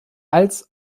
als